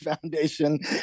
Foundation